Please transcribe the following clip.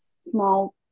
small